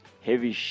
heavy